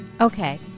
Okay